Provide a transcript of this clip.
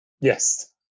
Yes